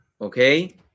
okay